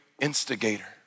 instigator